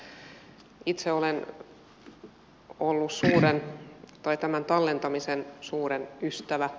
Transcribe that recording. itse olen ollut tämän tallentamisen suuri ystävä